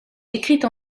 écrite